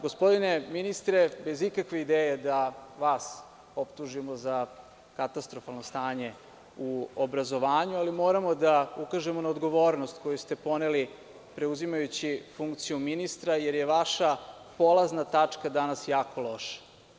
Gospodine ministre, bez ikakve ideje da vas optužimo za katastrofalno stanje u obrazovanju, moramo da ukažemo na odgovornost koju ste poneli preuzimajući funkciju ministra, jer je vaša polazna tačka danas jako loša.